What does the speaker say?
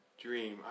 dream